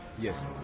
Yes